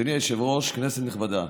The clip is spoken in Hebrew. אדוני היושב-ראש, כנסת נכבדה,